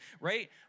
right